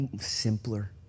simpler